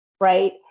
right